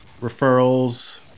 referrals